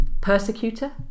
persecutor